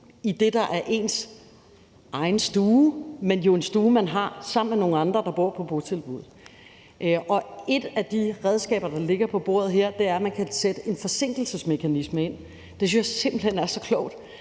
i det, der er ens egen stue, men som jo også er en stue, man har sammen med andre, der bor på botilbuddet. Et af de redskaber, der ligger på bordet her, er, at man kan sætte en forsinkelsesmekanisme ind. Det synes jeg simpelt hen er så klogt,